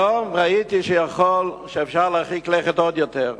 היום ראיתי שאפשר להרחיק לכת עוד יותר.